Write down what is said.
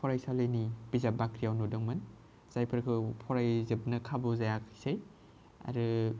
फरायसालिनि बिजाब बाख्रियाव नुदों मोन जायफोरखौ फरायजोबनो खाबु जायाखिसै आरो